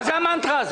מה זה "המנטרה הזאת"?